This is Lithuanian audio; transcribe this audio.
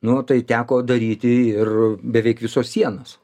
nu tai teko daryti ir beveik visos sienos